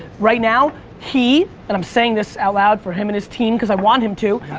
right now he and i'm saying this out loud for him and his team because i want him to,